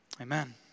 Amen